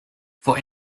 for